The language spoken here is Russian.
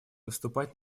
выступать